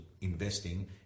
investing